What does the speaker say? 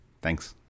Thanks